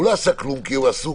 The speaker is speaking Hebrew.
הוא לא עשה כלום כי הוא עסוק,